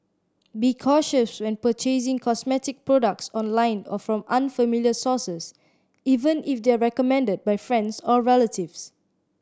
be cautious when purchasing cosmetic products online or from unfamiliar sources even if they are recommended by friends or relatives